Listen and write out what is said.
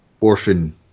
Orphan